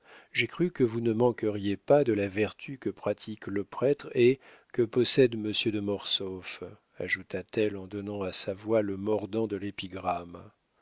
j'ai cru que vous ne manqueriez pas de la vertu que pratique le prêtre et que possède monsieur de mortsauf ajouta-t-elle en donnant à sa voix le mordant de l'épigramme